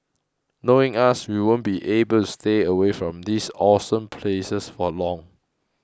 knowing us we won't be able to stay away from these awesome places for long